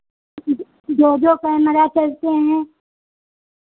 जो जो कैमरा चलते हैं